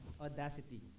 audacity